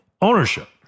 ownership